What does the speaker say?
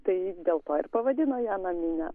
tai dėl to ir pavadino ją namine